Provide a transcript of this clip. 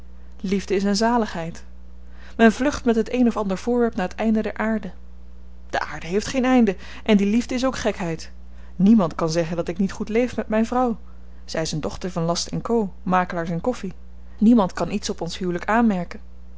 liefde is een zaligheid men vlucht met het een of ander voorwerp naar het einde der aarde de aarde heeft geen einden en die liefde is ook gekheid niemand kan zeggen dat ik niet goed leef met myn vrouw zy is een dochter van last co makelaars in koffi niemand kan iets op ons huwelyk aanmerken